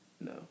No